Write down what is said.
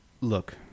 look